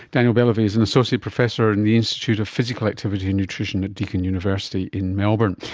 daniel belavy is an associate professor in the institute of physical activity and nutrition at deakin university in melbourne.